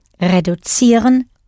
reduzieren